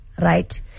right